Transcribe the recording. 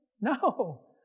No